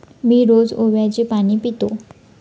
मी रोज ओव्याचे पाणी पितो